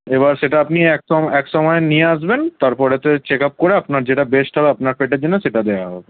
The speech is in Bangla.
এবার সেটা আপনি একসময় নিয়ে আসবেন তারপরেতে চেক আপ করে আপনার যেটা বেস্ট হবে আপনার পেটের জন্য সেটা দেওয়া হবে